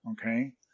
Okay